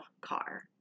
car